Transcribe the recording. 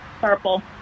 Purple